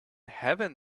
heaven